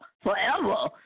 Forever